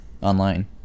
online